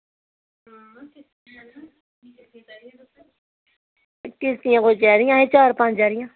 किस्ती कोई चाहिदियां चार पंज चाहिदियां